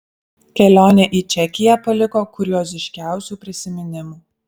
kelionė į čekiją paliko kurioziškiausių prisiminimų